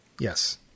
Yes